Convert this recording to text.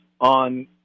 on